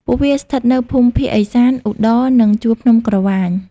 ពួកវាស្ថិតនៅភូមិភាគឦសាន ឧត្តរ និងជួរភ្នំក្រវាញ។